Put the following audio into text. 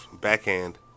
backhand